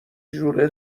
ژوله